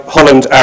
Holland